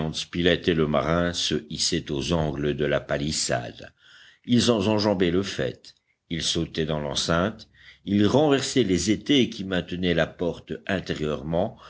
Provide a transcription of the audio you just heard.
et le marin se hissaient aux angles de la palissade ils en enjambaient le faîte ils sautaient dans l'enceinte ils renversaient les étais qui maintenaient la porte intérieurement